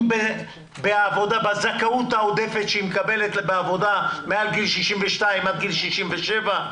אם זה בזכאות העודפת שהיא מקבלת בעבודה מעל גיל 62 עד גיל 67,